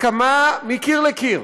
הסכמה מקיר לקיר,